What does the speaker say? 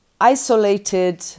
Isolated